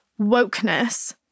wokeness